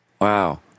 Wow